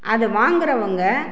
அதை வாங்குகிறவங்க